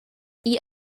igl